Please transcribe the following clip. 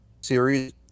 series